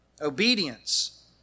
Obedience